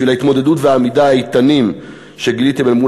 בשל ההתמודדות והעמידה האיתנות שגיליתם אל מול